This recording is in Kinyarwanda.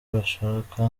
bashaka